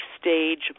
stage